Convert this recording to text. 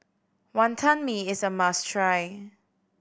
Wantan Mee is a must try